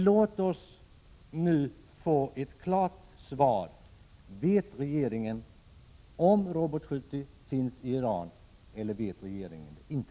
Låt oss nu få ett klart svar på frågan: Vet regeringen om Robot 70 finns i Iran, eller vet regeringen det inte?